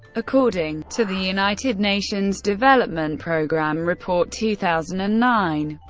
according to the united nations development program report two thousand and nine,